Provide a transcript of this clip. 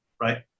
right